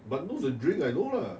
bandung's a drink I know lah